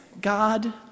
God